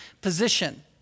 position